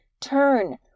Turn